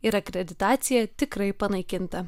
ir akreditacija tikrai panaikinta